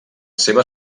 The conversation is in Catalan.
seva